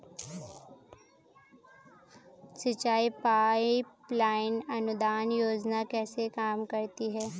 सिंचाई pipeline अनुदान योजना कैसे काम करती है?